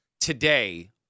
today